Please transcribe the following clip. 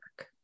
work